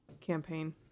campaign